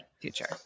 future